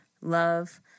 Love